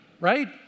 Right